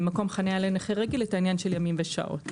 מקום חניה לנכה רגיל את העניין של ימים ושעות.